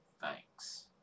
Thanks